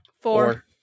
Four